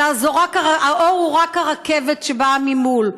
אלא האור הוא רק הרכבת שבאה ממול,